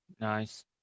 Nice